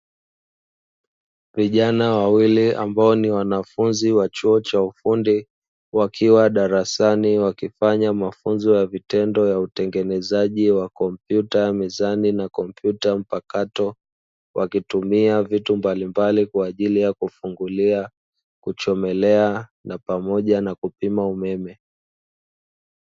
Vijana wawili ambao ni wanafunzi wa chuo cha ufundi wakiwa darasani wakifanya mafunzo ya vitendo ya utengenezaji wa kompyuta mezani na kompyuta mpakato wakitumia vitu mbalimbali kwa ajili ya kufungulia, kuchomelea na pamoja na kupima umeme.